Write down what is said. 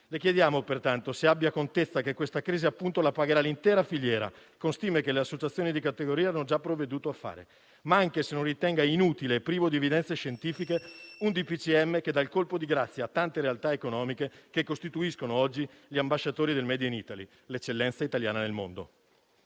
Le chiediamo pertanto se abbia contezza che questa crisi la pagherà l'intera filiera, con stime che le associazioni di categoria hanno già provveduto a fare, ma anche se non ritenga inutile e privo di evidenze scientifiche un DPCM che dà il colpo di grazia a tante realtà economiche che costituiscono oggi gli ambasciatori del *made in Italy*, l'eccellenza italiana nel mondo.